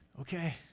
okay